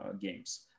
games